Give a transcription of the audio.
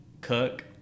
cook